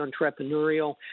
entrepreneurial